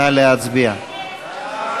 נא להצביע.